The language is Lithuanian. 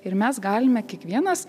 ir mes galime kiekvienas